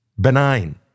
benign